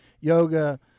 yoga